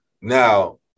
Now